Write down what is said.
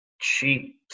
cheap